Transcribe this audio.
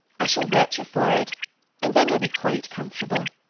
i shall wet your forehead, and then you will be quite comfortable.